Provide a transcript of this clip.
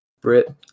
Brit